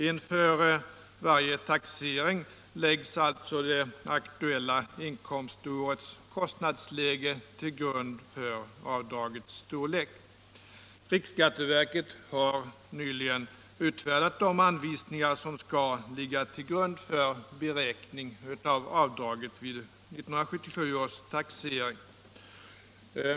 Inför varje taxering läggs alltså det aktuella inkomstårets kostnadsläge till grund för avdragets storlek. Riksskatteverket har nyligen utfärdat de anvisningar som skall ligga till grund för beräkning av avdraget vid 1977 års taxering.